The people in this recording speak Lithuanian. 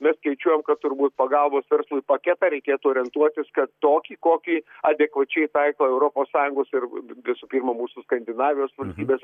mes skaičiuojam kad turbūt pagalbos verslui paketą reikėtų orientuotis kad tokį kokį adekvačiai taiko europos sąjungos ir visų pirma mūsų skandinavijos valstybės